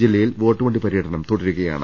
ജില്ലയിൽ വോട്ടുവണ്ടി പര്യടനം തുടരുകയാണ്